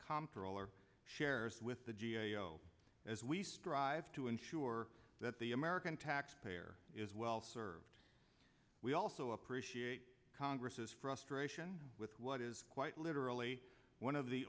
comptroller shares with the g a o as we strive to ensure that the american taxpayer is well served we also appreciate congress is frustrated with what is quite literally one of the